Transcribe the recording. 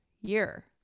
year